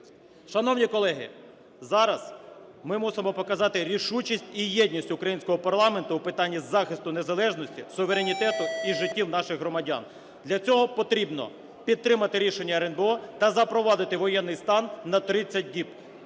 Шановні колеги, зараз ми мусимо показати рішучість і єдність українського парламенту у питанні захисту незалежності, суверенітету і життів наших громадян. Для цього потрібно підтримати рішення РНБО та запровадити воєнний стан на 30 діб.